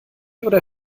oder